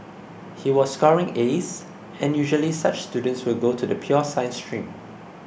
he was scoring As and usually such students will go to the pure science stream